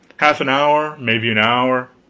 half an hour maybe an hour.